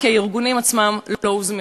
כי הארגונים עצמם לא הוזמנו.